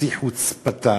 בשיא חוצפתה